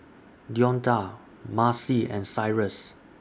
Deonta Macy and Cyrus